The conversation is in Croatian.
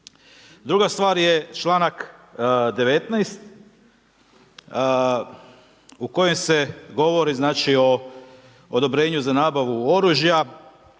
Druga stvar je članak 19. u kojem se govori o odobrenju za nabavu oružja.